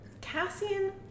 Cassian